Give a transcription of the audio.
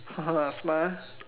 smart